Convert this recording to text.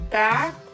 back